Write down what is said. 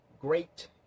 great